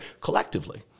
collectively